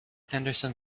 henderson